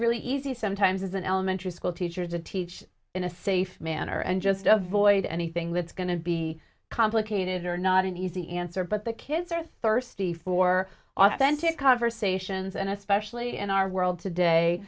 really easy sometimes as an elementary school teachers a teach in a safe manner and just avoid anything that's going to be complicated or not an easy answer but the kids are thirsty for authentic conversations and especially in our world